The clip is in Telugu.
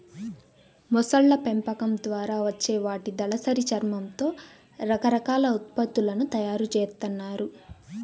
మొసళ్ళ పెంపకం ద్వారా వచ్చే వాటి దళసరి చర్మంతో రకరకాల ఉత్పత్తులను తయ్యారు జేత్తన్నారు